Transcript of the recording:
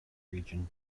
region